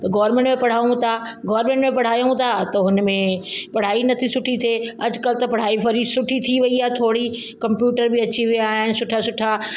त गोरमेंट में पढ़ाऊं था गोरमेंट में पढ़ायूं था त हुनमें पढ़ाई नथियूं सुठी थिए अॼुकल्ह त पढ़ाई वरी सुठी थी वई आहे थोरी कंप्यूटर बि अची विया आहिनि सुठा सुठा